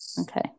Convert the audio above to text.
Okay